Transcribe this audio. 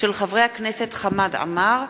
של חברי הכנסת חמד עמאר,